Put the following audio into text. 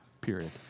period